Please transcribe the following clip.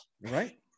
right